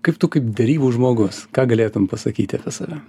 kaip tu kaip derybų žmogus ką galėtum pasakyti apie save